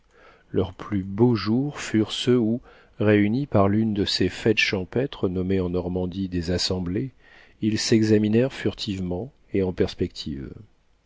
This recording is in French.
leurs plus beaux jours furent ceux où réunis par l'une de ces fêtes champêtres nommées en normandie des assemblées ils s'examinèrent furtivement et en